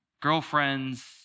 girlfriends